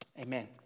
Amen